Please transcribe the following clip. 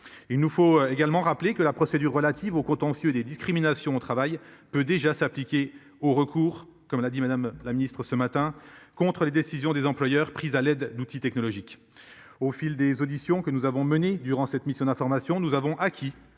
Il nous faut également rappeler que la procédure relative au contentieux des discriminations au travail peut déjà s'appliquer au recours, comme l'a dit Madame la Ministre ce matin contre les décisions des employeurs prises à l'aide d'outils technologiques au fil des auditions que nous avons menées durant cette mission d'information, nous avons acquis